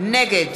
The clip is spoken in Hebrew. נגד